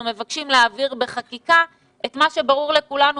מבקשים להעביר בחקיקה את מה שברור לכולנו,